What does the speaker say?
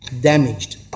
Damaged